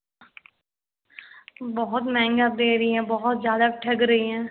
बहुत महँगा आप दे रही हैं बहुत ज़्यादा आप ठग रही हैं